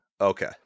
okay